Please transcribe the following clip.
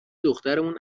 دخترمون